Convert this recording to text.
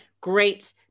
great